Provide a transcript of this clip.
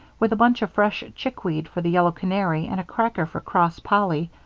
with a bunch of fresh chickweed for the yellow canary and a cracker for cross polly,